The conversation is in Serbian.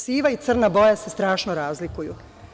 Siva i crna boja se strašno razlikuju.